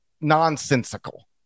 nonsensical